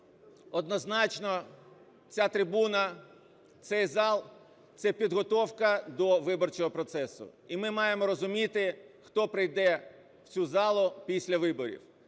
однозначно ця трибуна, цей зал – це підготовка до виборчого процесу. І ми маємо розуміти, хто прийде в цю залу після виборів.